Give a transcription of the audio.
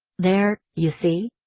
there, you see?